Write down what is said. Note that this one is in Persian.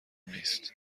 نیست